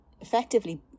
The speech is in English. effectively